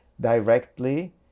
directly